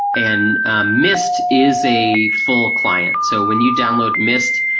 and ah mist is a full client. so when you download mist,